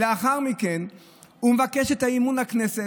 לאחר מכן הוא מבקש את אמון הכנסת,